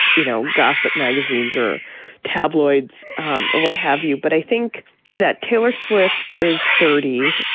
you know, gossip magazines or tabloids um or what have you. but i think that taylor swift is thirty.